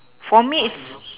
for me is